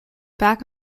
back